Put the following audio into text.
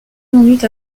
minutes